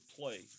play